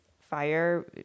fire